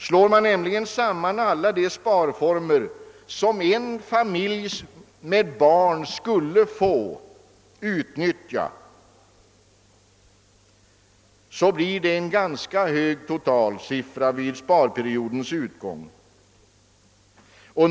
Slår man nämligen samman alla de sparformer som en familj med barn skulle få utnyttja blir det en ganska hög totalsiffra vid sparperiodens utgång.